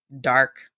dark